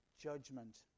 judgment